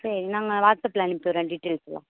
சரி நாங்கள் வாட்ஸ்அப்பில் அனுப்பி விட்றேன் டீடைல்ஸ் எல்லாம்